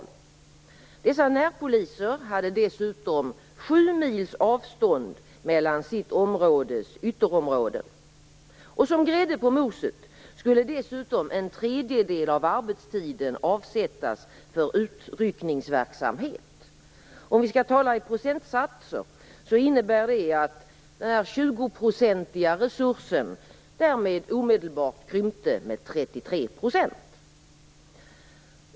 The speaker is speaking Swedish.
Dessa närpoliser har dessutom sju mils avstånd mellan sitt områdes ytterområden, och som grädde på moset skall en tredjedel av arbetstiden avsättas för utryckningsverksamhet. Talar vi i procentsatser innebär det att den tjugoprocentiga resursen därmed omedelbart krymper med 33 %.